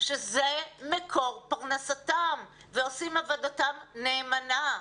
שזה מקור פרנסתם והם עושים עבודתם נאמנה.